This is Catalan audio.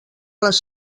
les